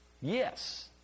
Yes